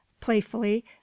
playfully